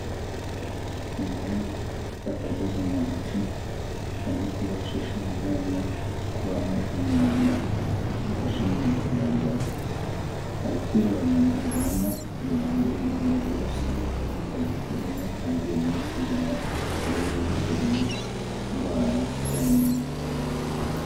Umuhungu ufite akadodo mu ntoki arimo kugacisha mu menyo akuramo imyanda yafashemo mu gihe yaryaga, ari kwireba mu ndorerwamo kugira ngo iyo myanda yose ayikuremo ntihagire n'imwe isigara mu rwego rwo kwirinda indwara z'amenyo.